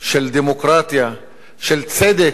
של דמוקרטיה, של צדק,